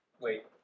Wait